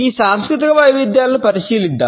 ఈ సాంస్కృతిక వైవిధ్యాలను పరిశీలిద్దాం